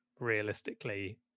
realistically